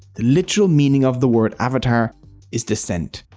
the literal meaning of the word avatar is descent.